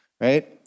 right